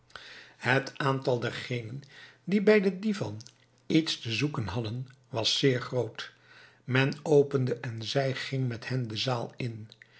het aantal dergenen die bij den divan iets te zoeken hadden was zeer groot men opende en zij ging met hen de zaal in